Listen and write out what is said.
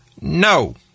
No